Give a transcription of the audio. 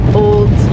old